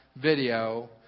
video